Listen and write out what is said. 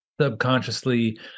subconsciously